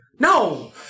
No